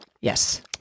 Yes